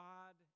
God